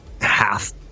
half